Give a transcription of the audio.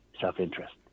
self-interest